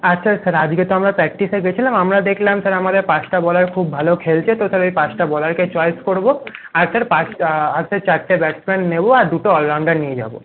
আচ্ছা স্যার আজকে তো আমরা প্র্যাকটিসে গেছিলাম আমরা দেখলাম স্যার আমাদের পাঁচটা বলার খুব ভালো খেলছে তো পাঁচটা বলারকে চয়েস করবো আর স্যার পাঁচ আর স্যার চারটে ব্যাটসম্যান নেবো আর দুটো অলরাউন্ডার নিয়ে যাবো